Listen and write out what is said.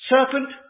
Serpent